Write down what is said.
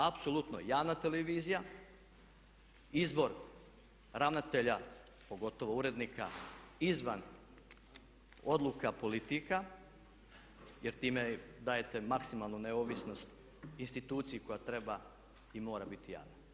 Apsolutno javna televizija, izbor ravnatelja pogotovo urednika izvan odluka politika, jer time dajete maksimalnu neovisnost instituciji koja treba i mora biti javna.